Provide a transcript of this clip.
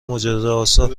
معجزهآسا